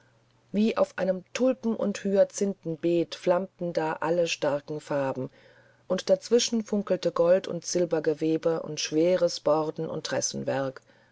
wie auf einem tulpen und hyazinthenbeet flammten da alle starken farben und dazwischen funkelte gold und silbergewebe und schweres borden und